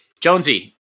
Jonesy